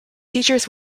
teachers